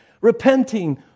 Repenting